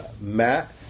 Matt